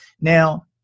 Now